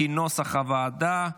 כנוסח הוועדה.